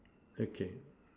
okay